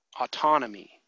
autonomy